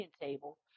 table